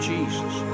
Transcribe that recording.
Jesus